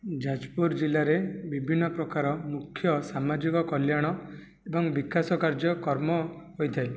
ଯାଜପୁର ଜିଲ୍ଲାରେ ବିଭିନ୍ନ ପ୍ରକାର ମୁଖ୍ୟ ସାମାଜିକ କଲ୍ୟାଣ ଏବଂ ବିକାଶ କାର୍ଯ୍ୟକ୍ରମ ହୋଇଥାଏ